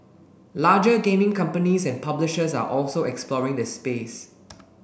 larger gaming companies and publishers are also exploring the space